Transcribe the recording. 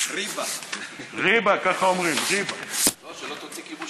עשר דקות